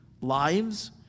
lives